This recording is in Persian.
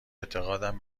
اعتقادم